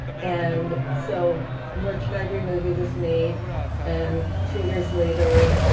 and so merchant ivory movie was made and two years later